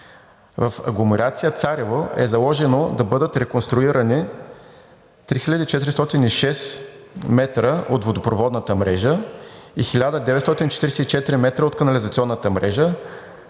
В агломерация Царево е заложено да бъдат реконструирани 3 хил. 406 м от водопроводната мрежа и 1944 м от канализационната мрежа,